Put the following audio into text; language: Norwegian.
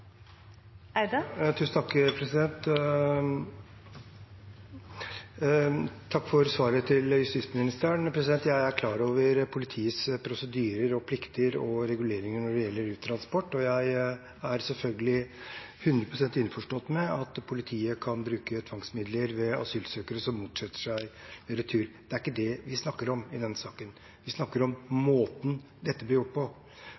klar over politiets prosedyrer, plikter og reguleringer når det gjelder uttransport, og jeg er selvfølgelig 100 pst. innforstått med at politiet kan bruke tvangsmidler når asylsøkere motsetter seg retur. Det er ikke det vi snakker om i denne saken. Vi snakker om måten dette blir gjort på.